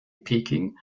peking